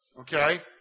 okay